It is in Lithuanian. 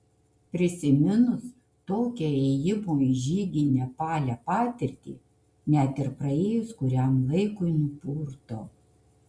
prisiminus tokią ėjimo į žygį nepale patirtį net ir praėjus kuriam laikui nupurto